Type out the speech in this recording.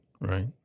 Right